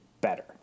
better